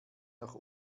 noch